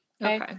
Okay